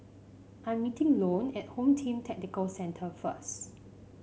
I'm meeting Lone at Home Team Tactical Centre first